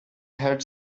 had